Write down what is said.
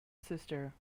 sister